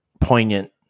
poignant